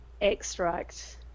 extract